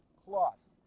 cloths